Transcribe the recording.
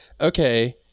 okay